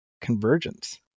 convergence